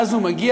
ואז הוא מגיע,